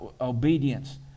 obedience